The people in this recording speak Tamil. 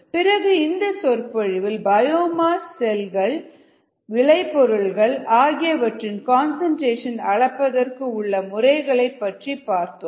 பிறகு இந்த சொற்பொழிவில் பயோமாஸ் செல்கள் விளைபொருள்கள் ஆகியவற்றின் கன்சன்ட்ரேஷன் அளப்பதற்கு உள்ள முறைகளை பற்றி பார்த்தோம்